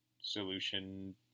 solution